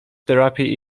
therapy